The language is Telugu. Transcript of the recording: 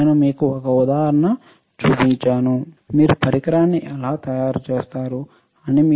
నేను మీకు ఒక ఉదాహరణలో చూపించాను మీరు పరికరాన్ని ఎలా తయారు చేయవచ్చు అని